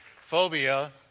Phobia